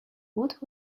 what